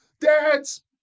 Dads